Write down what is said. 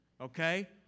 Okay